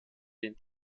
den